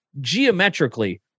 geometrically